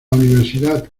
universidad